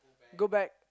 go back